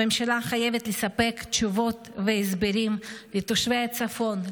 הממשלה חייבת לספק תשובות והסברים לתושבי הצפון,